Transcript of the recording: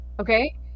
Okay